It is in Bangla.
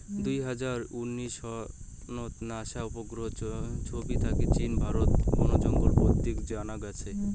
দুই হাজার উনিশ সনত নাসা উপগ্রহর ছবি থাকি চীন, ভারত বনজঙ্গল বিদ্ধিত জানা গেইছে